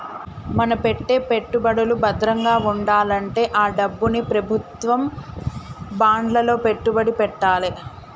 మన పెట్టే పెట్టుబడులు భద్రంగా వుండాలంటే ఆ డబ్బుని ప్రభుత్వం బాండ్లలో పెట్టుబడి పెట్టాలే